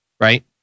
right